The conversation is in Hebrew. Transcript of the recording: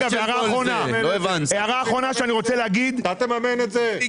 אתה תממן את זה?